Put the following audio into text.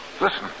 Listen